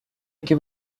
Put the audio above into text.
які